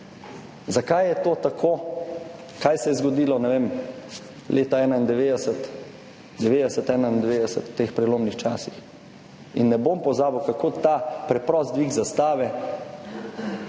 zakaj je to tako, kaj se je zgodilo, ne vem, leta 1991; 1990, 1991, v teh prelomnih časih. In ne bom pozabil, kako ta preprosti dvig zastave